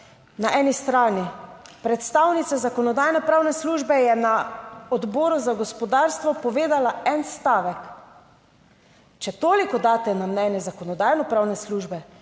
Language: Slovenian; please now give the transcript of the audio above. na eni strani. Predstavnica Zakonodajno-pravne službe je na Odboru za gospodarstvo povedala en stavek, če toliko daste na mnenje Zakonodajno pravne službe,